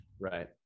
Right